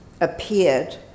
appeared